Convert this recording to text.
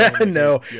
no